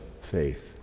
faith